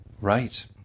Right